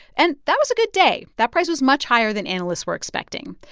and that was a good day. that price was much higher than analysts were expecting.